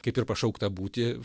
kaip ir pašaukta būti